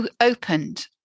opened